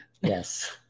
yes